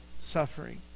suffering